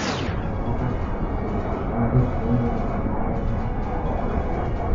europos policija išardė suomių vadovaujamą grupuotę